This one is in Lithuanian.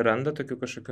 randa tokių kažkokių